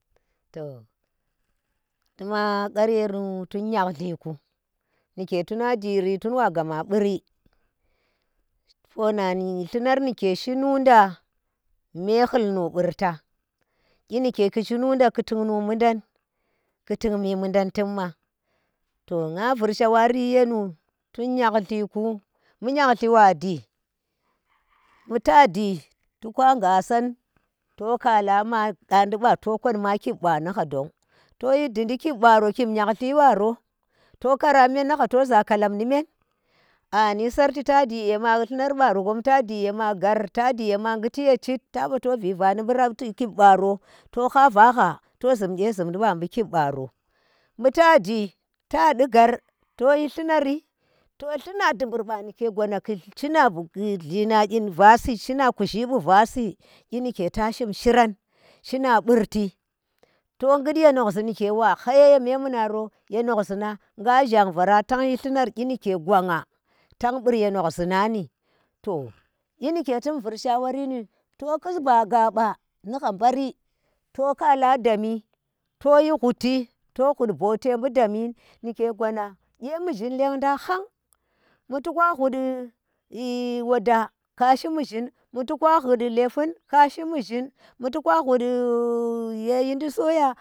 To tuma ƙar yennu tun nyahkli ku ndike tuna jiri tun wa gama buri pona ni llunar nike shinu nda me hulnu burta, kyi ni ke ku shinu nda, ku tuuk nu mudan ku tik mi mudan chemma to nga vur sawari yenu tuun nyaltiku bu nyalti wa ji bu tadi to qasan, to kaba ma qa nudi ba to kodoma kibba nu ba dong toyi dindi kibba ro kib nyahlir waro to kara myen ni ghaika, to za ka lab ni men, a nyi sarti tadi yema llumar bara kam ta ji yama ghar ta ji yema ghuti ye chiti, a ba to viva ni bi rafti kib ba ro to ha va, to zhum iye zhumdi baro bi kibba ro l bu fa di ta ndi ghar toyi llunari to lluna dubur ba nike gwana ku shina llina kyin vasi, shina kuzhi bu va si kyi nike tashin shiran shina burti to ghut nye nohzhi hang nga shong va ra tanyi llunar kyi nike tang burye nohzhi nani to kyi nike tum vur sawari ni, to kus ba ghaba nina bari to kala dani nike gwana. kye muzhin lendang hang bu to ka hud woda kashi muzhim bu to ka hud leafun kashi muzhim, bu to ka hud ye yindi soya.